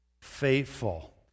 faithful